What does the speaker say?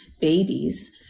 babies